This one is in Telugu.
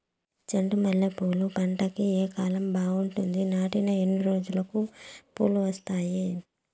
చెండు మల్లె పూలు పంట కి ఏ కాలం బాగుంటుంది నాటిన ఎన్ని రోజులకు పూలు వస్తాయి